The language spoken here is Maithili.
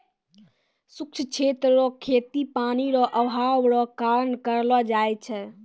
शुष्क क्षेत्र रो खेती पानी रो अभाव रो कारण करलो जाय छै